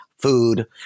Food